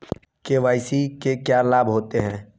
KYC से क्या लाभ होता है?